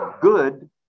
good